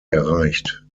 erreicht